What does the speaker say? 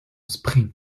sprint